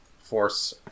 force